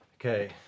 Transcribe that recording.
Okay